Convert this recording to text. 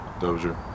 Dozier